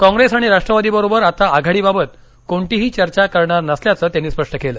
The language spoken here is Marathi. कॉप्रेस आणि राष्ट्रवादी बरोबर आता आघाडीबाबत कोणतीही चर्चा करणार नसल्याचं त्यांनी स्पष्ट केलं